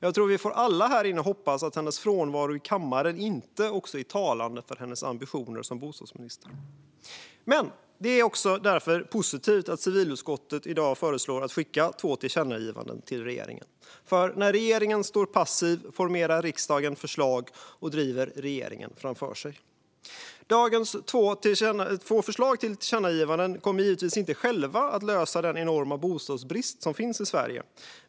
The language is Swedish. Jag tror att vi alla här inne får hoppas att hennes frånvaro i kammaren inte är talande också för hennes ambitioner som bostadsminister. Det är positivt att civilutskottet i dag föreslår att skicka två tillkännagivanden till regeringen, för när regeringen står passiv formerar riksdagen förslag och driver regeringen framför sig. Dagens två förslag till tillkännagivanden kommer givetvis inte ensamma att lösa den enorma bostadsbristen i Sverige.